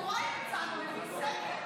יוראי הרצנו הביא סקר מטוויטר.